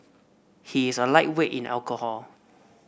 he is a lightweight in alcohol